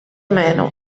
meno